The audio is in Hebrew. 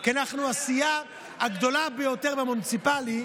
כי אנחנו הסיעה הגדולה ביותר במוניציפלי,